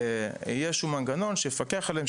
יהיה איזה מנגנון שיפקח עליהם,